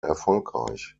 erfolgreich